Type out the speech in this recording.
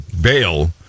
Bail